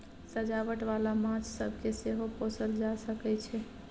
सजावट बाला माछ सब केँ सेहो पोसल जा सकइ छै